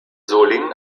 solingen